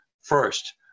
first